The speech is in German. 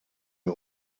wir